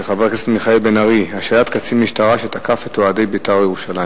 של חבר מיכאל בן-ארי: קצין משטרה תקף את אוהדי "בית"ר ירושלים".